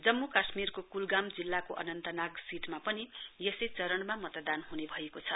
जम्मू काश्मीरको कुलगाम जिल्लाको अन्नतनाग सीटमा पनि यसै चरणमा मतदान हुने भएको छ